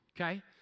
okay